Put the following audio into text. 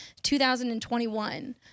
2021